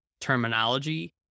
terminology